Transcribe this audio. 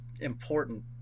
important